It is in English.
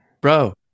Bro